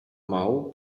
mału